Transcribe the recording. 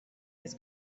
his